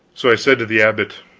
so i said to the abbot